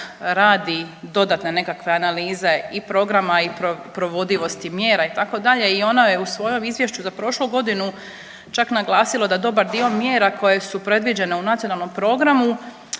radi dodatne nekakve analize i programa i provodivosti mjera itd. i ono je u svom izvješću za prošlu godinu čak naglasilo da dobar dio mjera koje su predviđene u nacionalnom programu